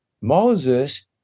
Moses